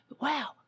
wow